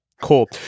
Cool